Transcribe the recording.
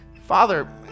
Father